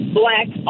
black